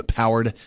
powered